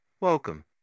welcome